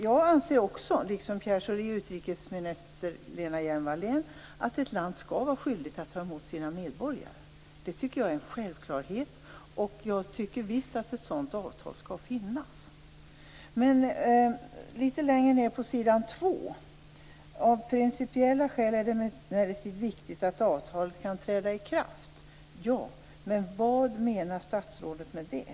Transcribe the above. Jag anser, liksom Pierre Schori och utrikesminister Lena Hjelm Wallén, att ett land skall vara skyldigt att ta emot sina medborgare. Det tycker jag är en självklarhet. Och jag tycker visst att ett sådant avtal skall finnas. Men litet längre ned i svaret står det: "Av principiella skäl är det emellertid viktigt att avtalet kan träda i kraft." Ja, men vad menar statsrådet med det?